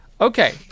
Okay